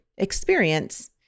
experience